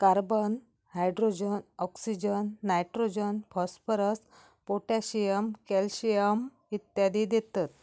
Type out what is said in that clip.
carbon, hydrogen, oxygen, nitrogen, phosphorus, potassium, calcium इत्यादी देतत